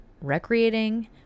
recreating